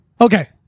Okay